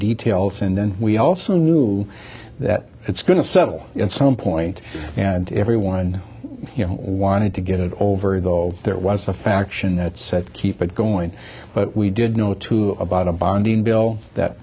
details and then we also knew that it's going to settle at some point and everyone wanted to get it over though there was a faction that said keep it going but we did know too about a bonding bill that